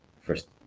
first